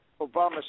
Obama